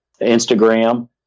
Instagram